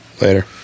Later